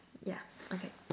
yeah okay